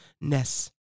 ness